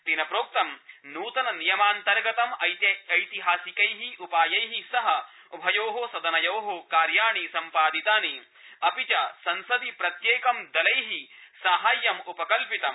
तेन प्रोक्तं नूतन नियमान्तर्गतं ऐतिहासिकै उपायै सह उभयो सदनयो कार्याणि सम्पादितानि अपि च संसदि प्रत्येकं दलै साहाय्यम् उपकल्पितम्